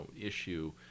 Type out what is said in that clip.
issue